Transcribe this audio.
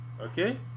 Okay